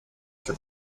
for